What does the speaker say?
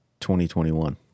2021